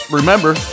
remember